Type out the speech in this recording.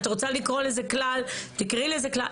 את רוצה לקרוא לזה כלל, תקראי לזה כלל.